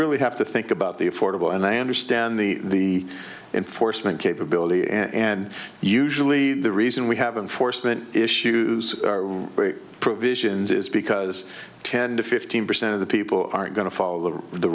really have to think about the affordable and i understand the enforcement capability and usually the reason we haven't for spent issues provisions is because ten to fifteen percent of the people aren't going to follow the